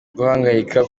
guhangayika